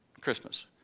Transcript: Christmas